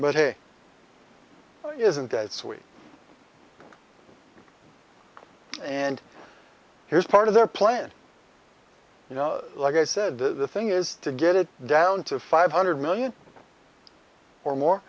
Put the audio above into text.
but hey isn't that sweet and here's part of their plan you know like i said the thing is to get it down to five hundred million or more